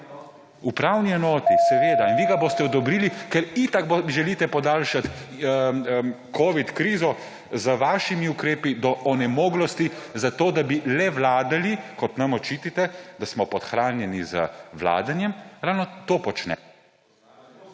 Upravni enoti? Seveda! In vi ga boste odobrili, ker itak želite podaljšati covid krizo z vašimi ukrepi do onemoglosti, zato da bi le vladali, kot nam očitate, da smo podhranjeni z vladanjem. Ravno to …